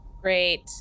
Great